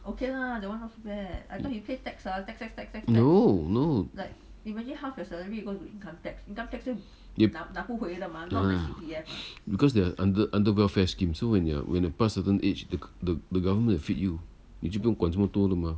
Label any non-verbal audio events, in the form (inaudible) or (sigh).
no no (noise) ah because there are under under welfare scheme so when you're whenyou are pass a certain age the the government will feed you 你不用管这么多了吗